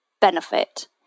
benefit